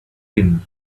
din